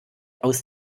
aus